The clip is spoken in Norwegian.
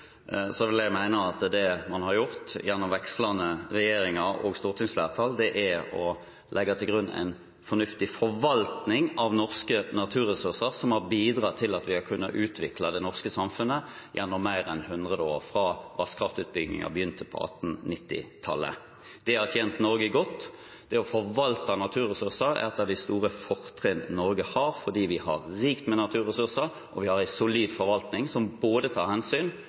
vil jeg mene at det man har gjort, gjennom vekslende regjeringer og stortingsflertall, er å legge til grunn en fornuftig forvaltning av norske naturressurser, som har bidratt til at vi har kunnet utvikle det norske samfunnet gjennom mer enn hundre år, fra vannkraftutbyggingen begynte på 1890-tallet. Det har tjent Norge godt. Det å forvalte naturressurser er et av de store fortrinn Norge har, fordi vi har rikt med naturressurser, og vi har en solid forvaltning som tar hensyn